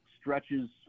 stretches